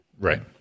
Right